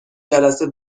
جلسه